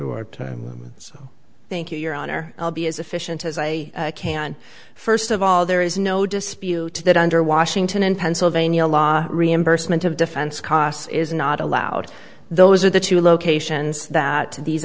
o thank you your honor i'll be as efficient as i can first of all there is no dispute that under washington in pennsylvania law reimbursement of defense costs is not allowed those are the two locations that these